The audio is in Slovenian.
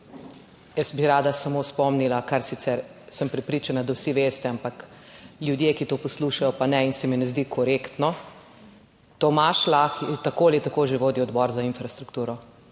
Jaz bi rada samo spomnila kar sicer sem prepričana, da vsi veste, ampak ljudje, ki to poslušajo pa ne in se mi ne zdi korektno. Tomaž Lah je tako ali tako že vodi Odbor za infrastrukturo